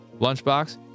Lunchbox